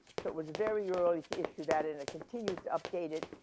so, it was very early to issue that in a continued to update it.